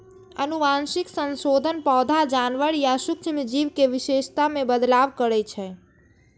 आनुवंशिक संशोधन पौधा, जानवर या सूक्ष्म जीव के विशेषता मे बदलाव करै छै